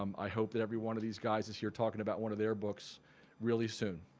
um i hope that every one of these guys is here talking about one of their books really soon.